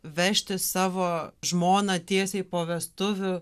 vežti savo žmoną tiesiai po vestuvių